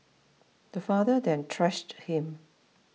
the father then thrashed him